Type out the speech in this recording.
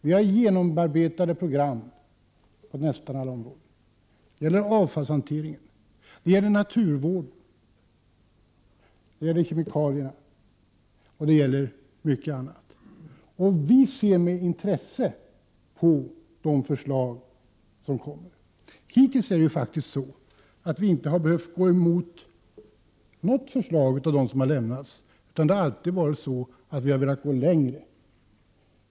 Vi har genomarbetade program på nästan alla områden — avfallshanteringen, naturvården, kemikalierna och mycket annat — och vi ser med intresse på de förslag som kommer. Hittills har vi faktiskt inte behövt gå emot något förslag av dem som har lämnats, utan det har alltid varit så att vi har velat gå längre.